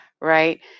Right